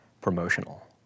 promotional